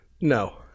no